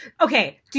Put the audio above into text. Okay